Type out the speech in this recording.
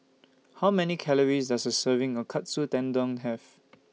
How Many Calories Does A Serving of Katsu Tendon Have